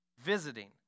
visiting